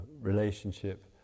relationship